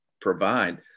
provide